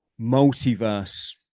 multiverse